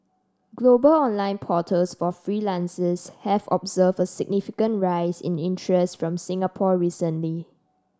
global online portals for freelancers have observed a significant rise in interest from Singapore recently